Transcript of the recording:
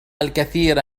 الكثير